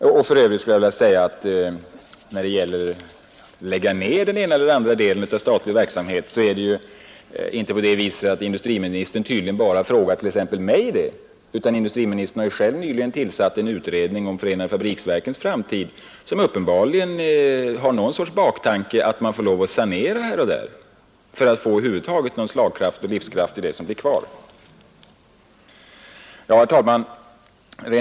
När det för övrigt gäller att lägga ner den ena eller andra delen av statlig verksamhet frågar industriministern t.ex. inte bara mig om detta, utan industriministern har själv nyligen tillsatt en utredning om förenade fabriksverkens framtid. Det måste ha funnits en baktanke att man får lov att sanera här och där för att få någon slagkraft och livskraft i det som finns kvar.